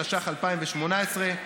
התשע"ח 2018,